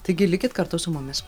taigi likit kartu su mumis